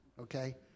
okay